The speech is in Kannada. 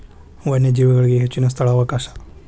ವನ್ಯಜೇವಿಗಳಿಗೆ ಹೆಚ್ಚಿನ ಸ್ಥಳಾವಕಾಶ